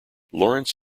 lawrence